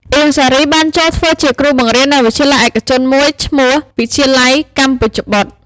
អៀង សារី បានចូលធ្វើជាគ្រូបង្រៀននៅវិទ្យាល័យឯកជនមួយឈ្មោះ “វិទ្យាល័យកម្ពុជបុត្រ”។